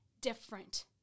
different